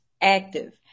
active